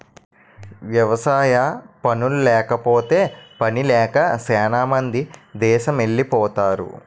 వ్యవసాయ పనుల్లేకపోతే పనిలేక సేనా మంది దేసమెలిపోతరు